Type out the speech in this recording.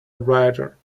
rider